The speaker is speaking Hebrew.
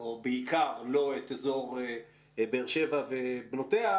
בעיקר לא את אזור באר שבע ובנותיה,